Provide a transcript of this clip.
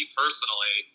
personally